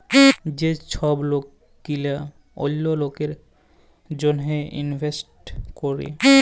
যে ছব লক গিলা অল্য লকের জ্যনহে ইলভেস্ট ক্যরে